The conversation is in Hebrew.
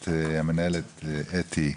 את המנהלת אתי,